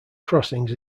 crossings